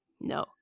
no